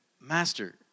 Master